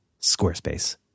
Squarespace